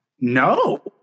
No